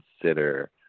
consider